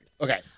Okay